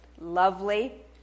lovely